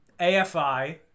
AFI